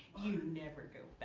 never go